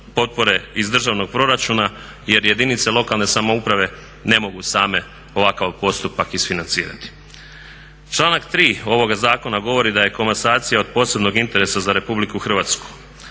potpore iz državnog proračuna jer jedinice lokalne samouprave ne mogu same ovakav postupak isfinancirati. Članak 3.ovoga zakona govori da je komasacija od posebnog interesa za RH.